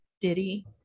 Diddy